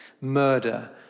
murder